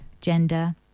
gender